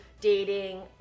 dating